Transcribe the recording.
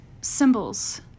symbols